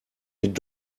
mit